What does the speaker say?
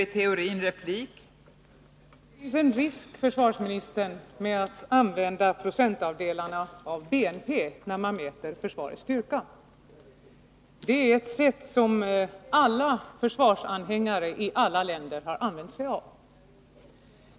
Fru talman! Det finns en risk, herr försvarsminister, med att använda procentavdelarna av BNP när man mäter försvarets styrka. Det är ett sätt som alla försvarsanhängare i alla länder har använt sig av.